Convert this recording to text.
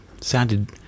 sounded